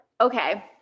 Okay